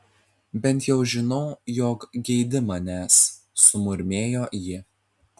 bent jau žinau jog geidi manęs sumurmėjo ji